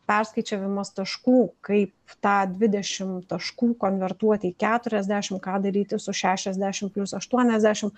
perskaičiavimas taškų kaip tą dvidešimt taškų konvertuoti į keturiasdešim ką daryti su šešiasdešimt plius aštuoniasdešimt